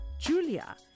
Julia